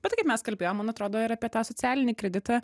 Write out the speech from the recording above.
bet tai kaip mes kalbėjom man atrodo ir apie tą socialinį kreditą